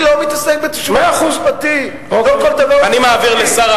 אני לא מתעסק בתשובה משפטית, לא כל דבר הוא משפטי.